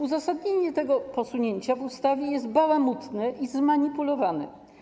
Uzasadnienie tego posunięcia w ustawie jest bałamutne i zmanipulowane.